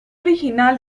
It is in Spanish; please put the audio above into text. original